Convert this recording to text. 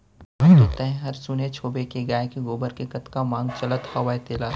अब तो तैंहर सुनेच होबे के गाय के गोबर के कतका मांग चलत हवय तेला